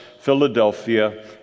Philadelphia